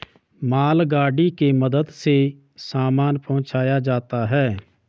मालगाड़ी के मदद से सामान पहुंचाया जाता है